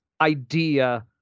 idea